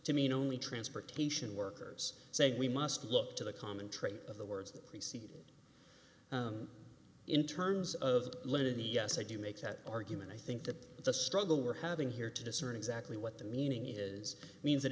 to mean only transportation workers saying we must look to the common trait of the words that preceded it in terms of levity yes i do make that argument i think that the struggle we're having here to discern exactly what the meaning is means that